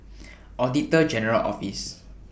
Auditor General Office